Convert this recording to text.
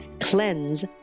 CLEANSE